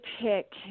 pick